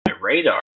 radar